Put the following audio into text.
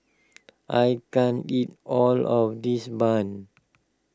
I can't eat all of this Bun